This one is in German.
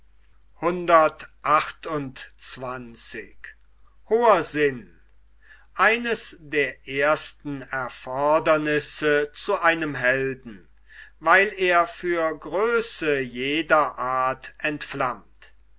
eines der ersten erfordernisse zu einem helden weil er für größe jeder art entflammt